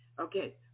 Okay